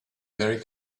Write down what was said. very